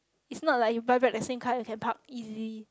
it's not like you buy back the same car you can park easy